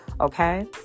Okay